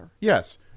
Yes